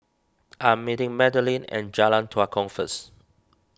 I am meeting Madeleine at Jalan Tua Kong first